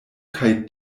kaj